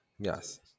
Yes